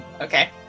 Okay